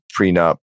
prenup